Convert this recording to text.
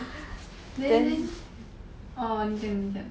then then orh 你讲你讲